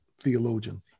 theologian